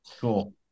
cool